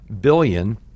billion